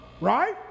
right